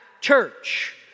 church